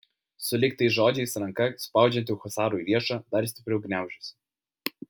sulig tais žodžiais ranka spaudžianti husarui riešą dar stipriau gniaužėsi